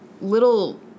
little